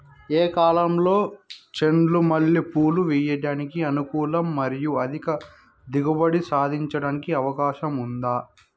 ఏ కాలంలో చెండు మల్లె పూలు వేయడానికి అనుకూలం మరియు అధిక దిగుబడి సాధించడానికి అవకాశం ఉంది?